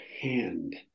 hand